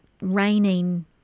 raining